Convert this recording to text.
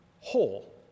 whole